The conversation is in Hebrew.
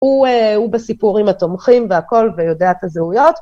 הוא בסיפורים התומכים והכל ויודע את הזהויות.